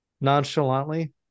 nonchalantly